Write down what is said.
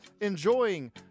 enjoying